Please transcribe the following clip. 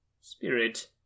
Spirit